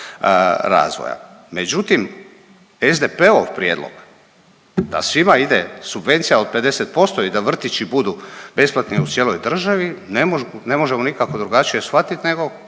Međutim, SDP-ov prijedlog da svima ide subvencija od 50% i da vrtići budu besplatni u cijeloj državi ne možemo nikako drugačije shvatit nego